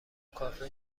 کافه